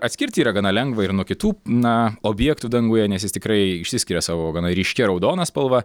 atskirti yra gana lengva ir nuo kitų na objektų danguje nes jis tikrai išsiskiria savo gana ryškia raudona spalva